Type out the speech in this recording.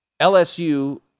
LSU